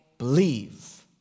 believe